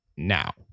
now